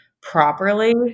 properly